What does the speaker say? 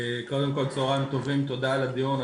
צהריים טובים, תודה על הדיון.